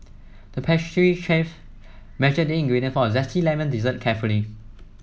the pastry chef measured the ingredients for a zesty lemon dessert carefully